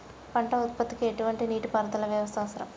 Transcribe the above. పంట ఉత్పత్తికి ఎటువంటి నీటిపారుదల వ్యవస్థ అవసరం?